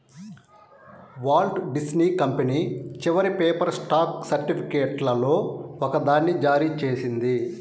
Walt Disney company చివరి paper stock సర్టిఫికేట్లలో ఒకదాన్ని జారీ చేసింది